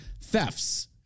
thefts